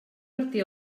martí